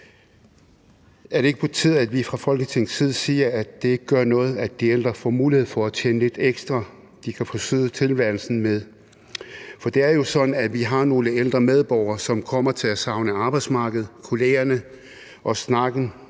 Er det ikke på tide, at vi fra Folketingets side siger, at det ikke gør noget, at de ældre får mulighed for at tjene lidt ekstra, de kan forsøde tilværelsen med? For det er jo sådan, at vi har nogle ældre medborgere, som kommer til at savne arbejdsmarkedet, kollegerne og snakken